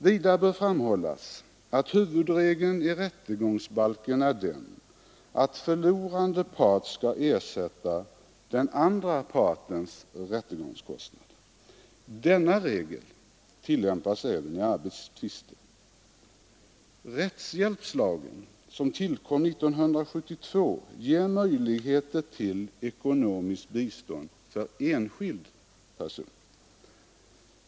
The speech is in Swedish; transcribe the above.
Vidare bör framhållas att huvudregeln i rättegångsbalken är den att förlorande part skall ersätta den andra partens rättegångskostnader. Denna regel tillämpas även i arbetstvister. Rättshjälpslagen, som tillkom 1972, ger möjligheter till ekonomiskt bistånd för enskild person.